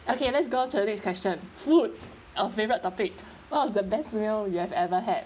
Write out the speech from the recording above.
okay let's go on to the next question food our favourite topic what was the best meal you have ever had